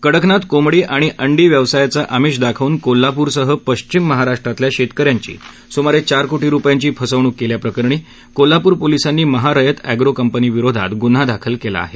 कडकनाथ कोंबडी आणि अंडी व्यवसायाचं आमिष दाखवून कोल्हापूरसह पश्चिम महाराष्ट्रातल्या शेतकन्यांची सुमारे चार कोटी रुपयांची फसवणूक केल्याप्रकरणी कोल्हापूर पोलिसांनी महा रयत अँग्रो कंपनी विरोधात गुन्हा दाखल केला आहे